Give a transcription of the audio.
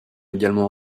également